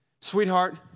sweetheart